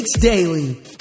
Daily